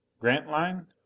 Grantline